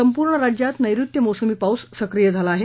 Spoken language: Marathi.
संपूर्ण राज्यात नैऋत्य मोसमी पाऊस सक्रीय झाला आहे